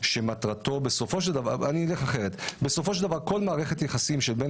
כי בסופו של דבר כל מערכת יחסים שבין